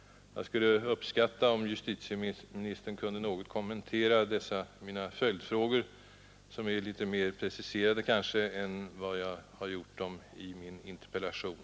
Jag skulle uppskatta om justitieministern kunde något kommentera dessa mina följdfrågor, som kanske är litet mera preciserade än de frågor jag berörde i min interpellation.